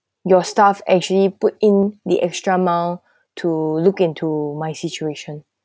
your staff actually put in the extra mile to look into my situation